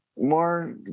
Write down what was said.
more